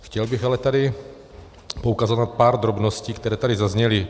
Chtěl bych ale tady poukázat na pár drobností, které tady zazněly.